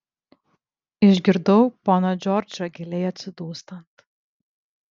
išgirdau poną džordžą giliai atsidūstant